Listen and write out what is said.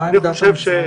מה העמדה של המשרד?